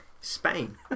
Spain